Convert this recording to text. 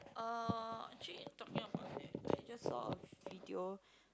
uh actually talking about that I just saw a video